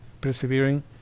persevering